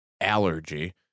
allergy